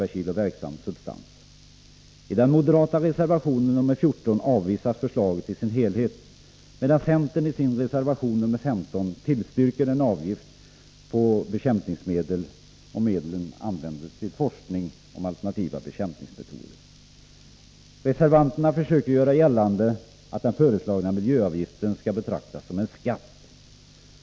per kilo verksam substans. I den moderata reservationen nr 14 avvisas förslaget i sin helhet, medan centern i sin reservation nr 15 tillstyrker en avgift på bekämpningsmedel om pengarna används till forskning om alternativa bekämpningsmetoder. Reservanterna försöker göra gällande att den föreslagna miljöavgiften skall betraktas som en skatt.